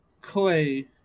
Clay